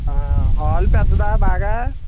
hall పెద్దదా బాగా